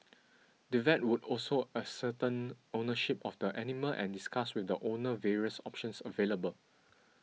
the vet would also ascertain ownership of the animal and discuss with the owner various options available